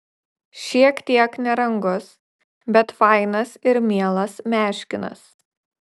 šiek tiek nerangus bet fainas ir mielas meškinas